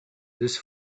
this